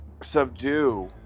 Subdue